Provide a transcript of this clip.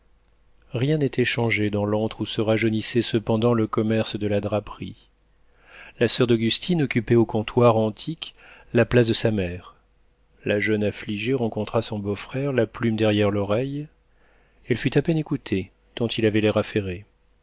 rien n'était changé dans l'antre où se rajeunissait cependant le commerce de la draperie la soeur d'augustine occupait au comptoir antique la place de sa mère la jeune affligée rencontra son beau-frère la plume derrière l'oreille elle fut à peine écoutée tant il avait l'air